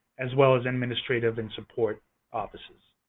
as well as administrative and support offices.